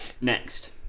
Next